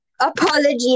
apology